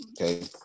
Okay